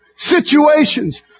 situations